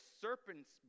serpents